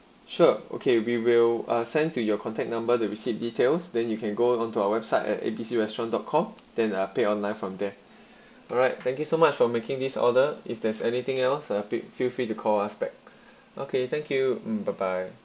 sure okay we will uh send to your contact number the receipt details then you can go onto our website at A B C restaurant dot com then uh pay online from there alright thank you so much for making this order if there's anything else uh please feel free to call us back okay thank you mm bye bye